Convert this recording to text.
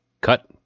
Cut